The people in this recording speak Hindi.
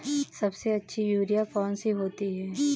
सबसे अच्छी यूरिया कौन सी होती है?